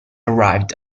arrived